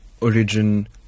origin